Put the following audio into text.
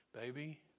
Baby